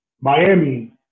Miami